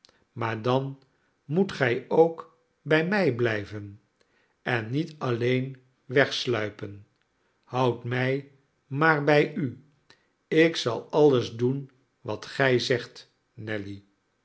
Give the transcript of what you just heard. maar dan moet gij ook bij mij blijven en niet alleen wegsluipen houd mij maar bij u ik zal alles doen wat gij zegt nelly